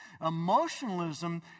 Emotionalism